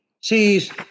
sees